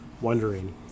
wondering